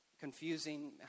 confusing